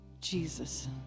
Jesus